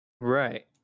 Right